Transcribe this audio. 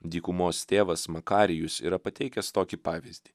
dykumos tėvas makarijus yra pateikęs tokį pavyzdį